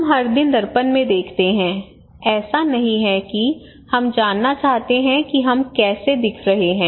हम हर दिन दर्पण में देखते हैं ऐसा नहीं है कि हम जानना चाहते हैं कि हम कैसे दिख रहे हैं